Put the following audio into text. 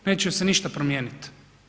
Neće se ništa promijeniti.